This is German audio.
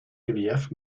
relief